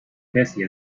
bessie